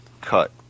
cut